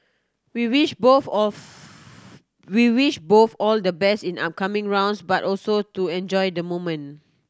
we wish both of we wish both all the best in the upcoming rounds but also to enjoy the moment